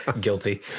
Guilty